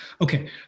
Okay